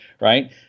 right